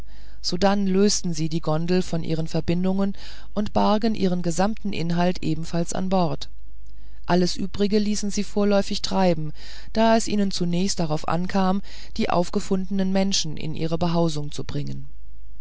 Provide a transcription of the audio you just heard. sodann lösten sie die gondel von ihren verbindungen und bargen ihren gesamten inhalt ebenfalls an bord alles übrige ließen sie vorläufig treiben da es ihnen zunächst darauf ankam die aufgefundenen menschen in ihre behausung zu bringen